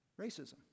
Racism